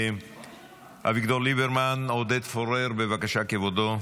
אביגדור ליברמן, עודד פורר, בבקשה, כבודו,